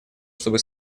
чтобы